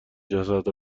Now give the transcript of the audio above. جسد